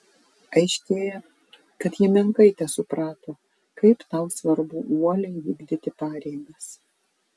aiškėja kad ji menkai tesuprato kaip tau svarbu uoliai vykdyti pareigas